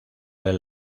del